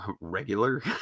regular